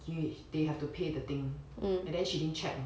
he~ they have to pay the thing and then she didn't check